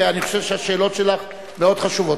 ואני חושב שהשאלות שלך מאוד חשובות.